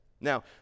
Now